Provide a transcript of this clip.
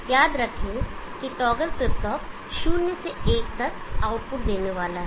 याद रखें कि टॉगल फ्लिप फ्लॉप शून्य से एक तक आउटपुट देने वाला है